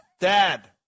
dad